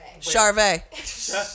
Charvet